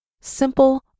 simple